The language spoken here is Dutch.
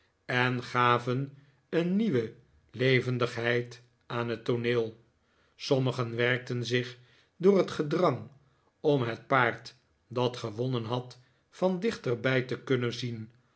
en gaven een nieuwe levendigheid aan het tooneel sommigen werkten zich door het gedrang om het paard dat gewonnen had van dichterbij te kunnen zien